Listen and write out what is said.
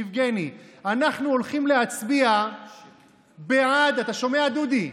יבגני, אנחנו הולכים להצביע בעד, אתה שומע, דודי?